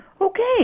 Okay